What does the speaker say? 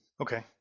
Okay